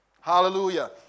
Hallelujah